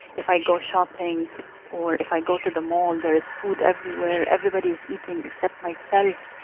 if i go shopping or if i go to the mall, there is food everywhere. everybody is eating except myself,